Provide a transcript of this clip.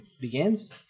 Begins